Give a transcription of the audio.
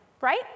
right